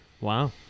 Wow